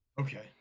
Okay